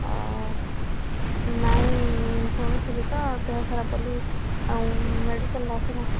ହଁ ନାଇଁ ଶୁଣିଥିଲି ତ ଦେହ ଖରାପ ବୋଲି ଆଉ ମେଡ଼ିକାଲ୍ ଆସିନ